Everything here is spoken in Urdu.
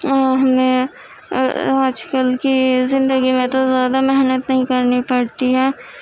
اور ہمیں آج کل کی زندگی میں تو زیادہ محنت نہیں کرنی پڑتی ہے